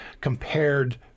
compared